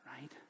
right